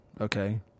Okay